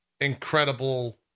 incredible